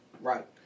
Right